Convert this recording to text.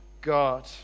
God